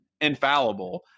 infallible